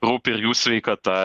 rūpi ir jų sveikata